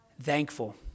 thankful